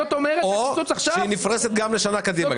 או שהיא גם נפרסת לשנה קדימה.